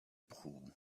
proue